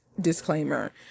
disclaimer